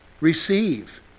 Receive